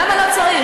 למה לא צריך?